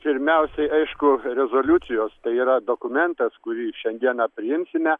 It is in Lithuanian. pirmiausiai aišku rezoliucijos tai yra dokumentas kurį šiandieną priimsime